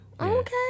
okay